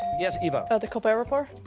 yes, eva? the colbert report.